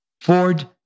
Ford